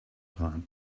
time